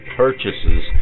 purchases